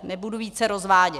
Nebudu více rozvádět.